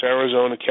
Arizona